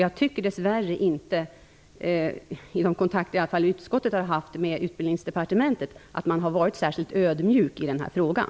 Jag tycker dess värre inte -- i alla fall inte i de kontakter utskottet har haft med Utbildningsdepartementet -- att man har varit särskilt ödmjuk i den här frågan.